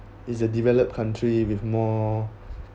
it's a developed country with more